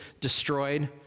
destroyed